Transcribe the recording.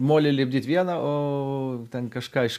molio lipdyt viena o ten kažką iš